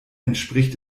entspricht